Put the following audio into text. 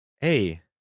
hey